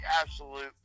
absolute